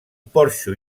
porxo